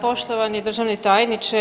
Poštovani državni tajniče.